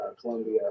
Columbia